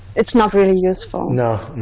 it's not really useful no